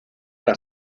para